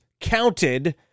counted